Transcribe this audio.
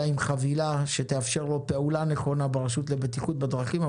עם חבילה שתאפשר לו פעולה נכונה ברשות לבטיחות בדרכים.